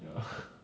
ya